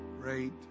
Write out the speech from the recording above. Great